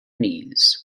knees